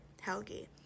Helgi